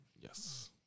Yes